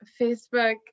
Facebook